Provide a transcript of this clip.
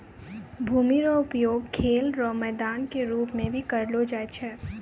भूमि रो उपयोग खेल रो मैदान के रूप मे भी करलो जाय छै